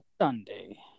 sunday